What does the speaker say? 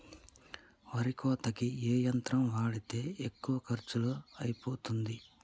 వరి కోతకి ఏ యంత్రం వాడితే తక్కువ ఖర్చులో అయిపోతుంది?